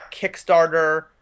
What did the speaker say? Kickstarter